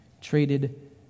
traded